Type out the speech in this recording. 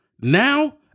Now